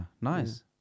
nice